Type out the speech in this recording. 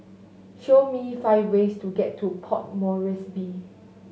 show me five ways to get to Port Moresby